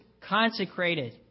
consecrated